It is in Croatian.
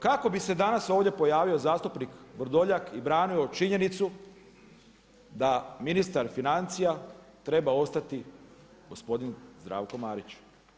Kako bi se danas ovdje pojavio zastupnik Vrdoljak i branio činjenicu da ministar financija treba ostati gospodin Zdravko Marić?